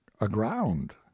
aground